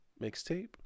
mixtape